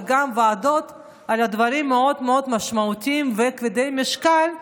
וגם ועדות על דברים מאוד מאוד משמעותיים וכבדי משקל,